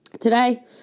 today